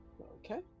Okay